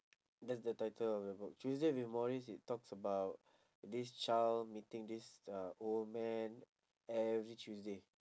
that's the title of the book tuesday with morrie it talks about this child meeting this uh old man every tuesday